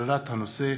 בנושא: